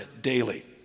daily